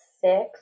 six